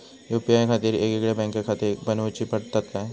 UPI खातीर येगयेगळे बँकखाते बनऊची पडतात काय?